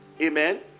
Amen